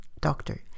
doctor